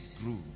grew